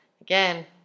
again